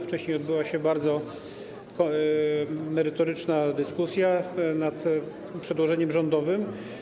Wcześniej odbyła się bardzo merytoryczna dyskusja nad przedłożeniem rządowym.